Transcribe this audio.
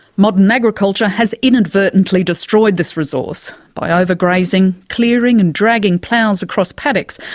modern agriculture has inadvertently destroyed this resource. by overgrazing, clearing and dragging ploughs across paddocks,